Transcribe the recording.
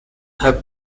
have